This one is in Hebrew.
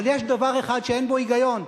אבל יש דבר אחד שאין בו היגיון,